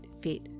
fit